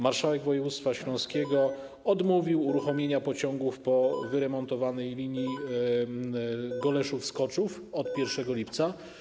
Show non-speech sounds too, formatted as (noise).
Marszałek województwa śląskiego (noise) odmówił uruchomienia pociągów po wyremontowanej linii Goleszów - Skoczów od 1 lipca.